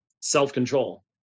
self-control